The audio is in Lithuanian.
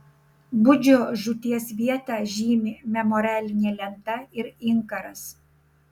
budžio žūties vietą žymi memorialinė lenta ir inkaras